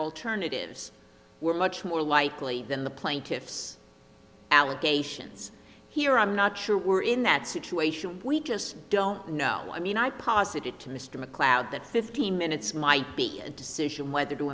alternatives were much more likely than the plaintiffs allegations here i'm not sure we're in that situation we just don't know i mean i posit it to mr macleod that fifteen minutes might be a decision whether